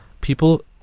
people